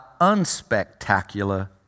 unspectacular